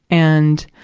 and,